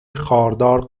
خاردار